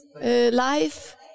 life